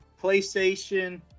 PlayStation